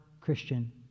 Christian